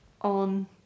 on